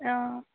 অঁ